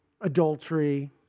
adultery